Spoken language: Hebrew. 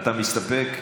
אתה מסתפק?